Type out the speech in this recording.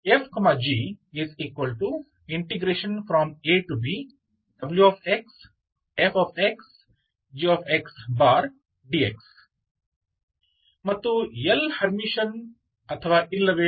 ಮತ್ತು L Hermitian ಅಥವಾ ಇಲ್ಲವೇ ಎಂಬುದನ್ನು ಪರಿಶೀಲಿಸಿ